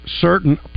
certain